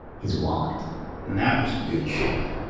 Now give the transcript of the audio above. his wallet and that was in good shape.